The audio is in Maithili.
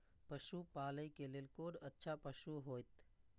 पशु पालै के लेल कोन अच्छा पशु होयत?